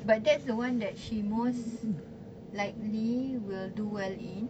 but that's the one that she most likely will do well in